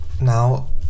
Now